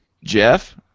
Jeff